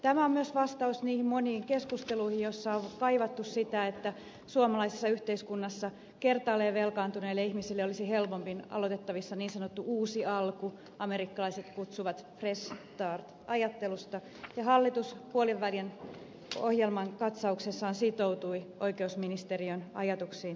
tämä on myös vastaus niihin moniin keskusteluihin joissa on kaivattu sitä että suomalaisessa yhteiskunnassa kertaalleen velkaantuneille ihmisille olisi helpommin aloitettavissa niin sanottu uusi alku amerikkalaiset kutsuvat sitä fresh start ajatteluksi ja hallitus puolenvälin ohjelman katsauksessaan sitoutui oikeusministeriön ajatuksiin tältä osin